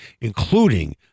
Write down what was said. including